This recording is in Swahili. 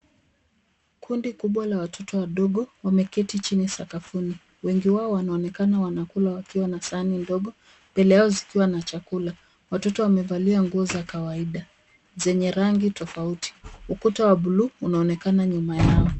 Kundi kubwa la watoto wadogo wameketi chini sakafuni. Wengi wao wanaonekana wanakula wakiwa na sahani ndogo mbele yao zikiwa na chakula. Watoto wamevalia nguo za kawaida zenye rangi tofauti. Ukuta wa bluu unaonekana nyuma yao.